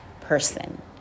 person